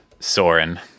Soren